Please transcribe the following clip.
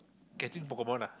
catching Pokemon ah